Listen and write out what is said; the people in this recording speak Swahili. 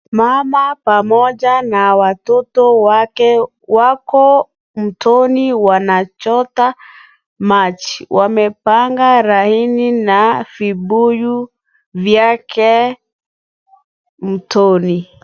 Mama pamoja na watoto wake wako mtoni wanachota maji. Wamepanga laini na vibuyu vyake mtoni.